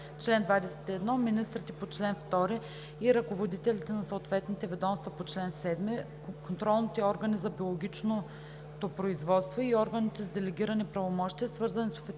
„Чл. 21. Министрите по чл. 2 и ръководителите на съответните ведомства по чл. 7, контролните органи за биологичното производство и органите с делегирани правомощия, свързани с официалния